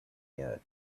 yet